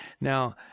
Now